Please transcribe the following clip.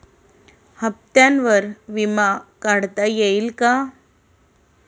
हप्त्यांवर विमा काढता येईल का?